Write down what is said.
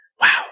wow